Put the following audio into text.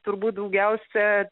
turbūt daugiausia